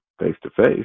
face-to-face